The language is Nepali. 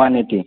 one eighty